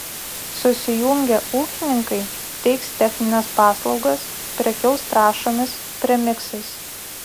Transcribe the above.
susijungę ūkininkai teiks technines paslaugas prekiaus trąšomis premiksais